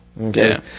Okay